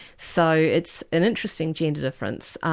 so it's an interesting gender difference.